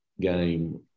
game